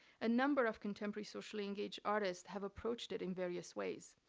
a number of contemporary socially engaged artists have approached it in various ways.